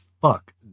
fuck